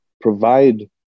provide